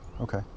Okay